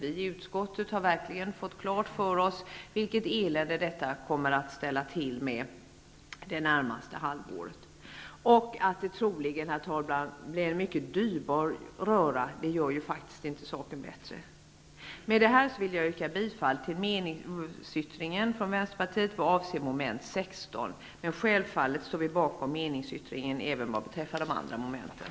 Vi i utskottet har verkligen fått klart för oss vilket elände detta kommer att ställa till med under det närmaste halvåret. Att det troligen, herr talman, blir en mycket dyrbar röra gör inte saken bättre. Med detta, herr talman, yrkar jag bifall till meningsyttringen från Vänsterpartiet i vad avser mom. 16. Självfallet står vi bakom meningsyttringen även vad beträffar de andra momenten.